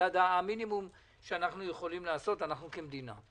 זה המינימום שאנחנו יכולים לעשות כמדינה.